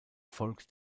folgt